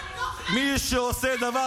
חתיכת דוחה.